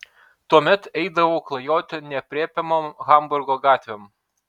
tuomet eidavau klajoti neaprėpiamom hamburgo gatvėm